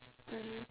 mmhmm